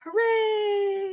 Hooray